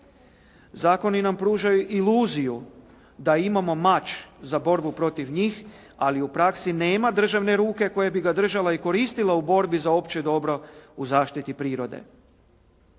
Zakoni nam pružaju iluziju da imamo mač za borbu protiv njih, ali u praksi nema državne ruke koja bi ga držala i koristila u borbi za opće dobro u zaštiti prirode.